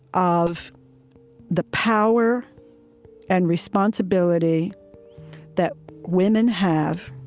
of the power and responsibility that women have